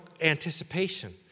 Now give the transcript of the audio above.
anticipation